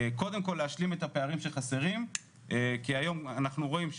קודם כל להשלים את הפערים שחסרים כי היום אנחנו רואים,